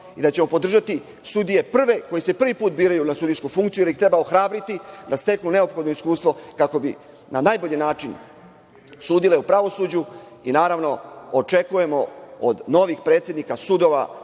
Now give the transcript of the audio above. i da ćemo podržati sudije koje se prvi put biraju na sudijsku funkciju i da ih treba ohrabriti da steknu neophodno iskustvo kako bi na najbolji način sudile u pravosuđu i, naravno, očekujemo od novih predsednika sudova